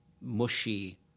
mushy